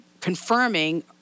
confirming